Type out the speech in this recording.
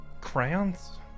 crayons